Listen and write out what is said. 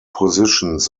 positions